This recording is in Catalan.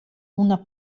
una